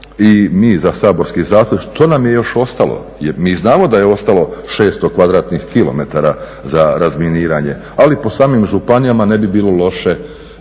i mi saborski zastupnici što nam je još ostalo. Jer mi znamo da je ostalo 600 km2 za razminiranje, ali po samim županijama ne bi bilo loše